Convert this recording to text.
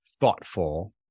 thoughtful